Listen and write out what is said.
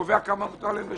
קובע כמה מותר להם לשלם,